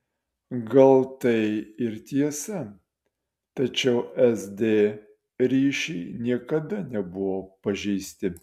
gal tai ir tiesa tačiau sd ryšiai niekada nebuvo pažeisti